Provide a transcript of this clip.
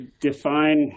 Define